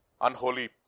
unholy